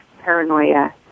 paranoia